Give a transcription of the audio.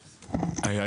מה.